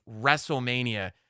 WrestleMania